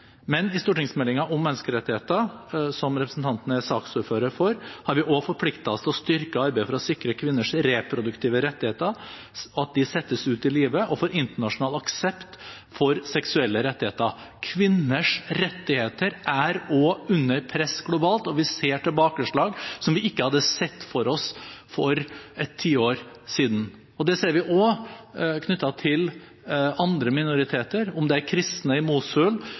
Men i stortingsmeldingen om menneskerettigheter, som representanten er saksordfører for, har vi også forpliktet oss til å styrke arbeidet for å sikre kvinners reproduktive rettigheter, at de settes ut i livet, og få internasjonal aksept for seksuelle rettigheter. Kvinners rettigheter er under press globalt, og vi ser tilbakeslag som vi ikke hadde sett for oss for et tiår siden. Det ser vi også knyttet til andre minoriteter, om det er kristne i Mosul,